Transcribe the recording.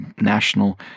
National